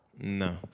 No